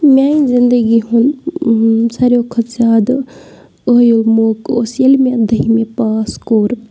میانہِ زِندگی ہُنٛد ساروٕے کھۄتہٕ زیادٕ عٲیُل موقعہٕ اوٗس ییٚلہِ مےٚ دٔہمہِ پاس کوٚر